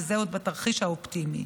וזה עוד בתרחיש האופטימי.